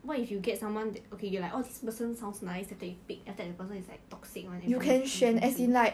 what if you get someone that okay you are like oh this person sounds nice and then you pick after that the person is like toxic [one] then